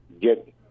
get